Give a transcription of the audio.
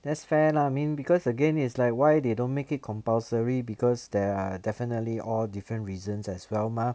that's fair lah I mean because again it's like why they don't make it compulsory because there are definitely all different reasons as well mah